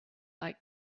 like